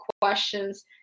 questions